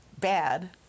bad